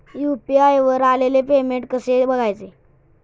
UPI वर आलेले payment कसे बघायचे?